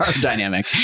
dynamic